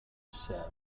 said